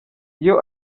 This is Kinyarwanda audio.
iyo